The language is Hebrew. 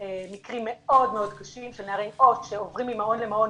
מקרים מאוד מאוד קשים של נערים שעוברים ממעון למעון,